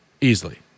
Easily